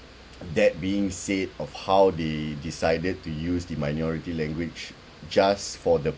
that being said of how they decided to use the minority language just for the